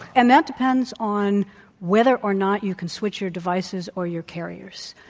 and that depends on whether or not you can switch your devices or your carriers.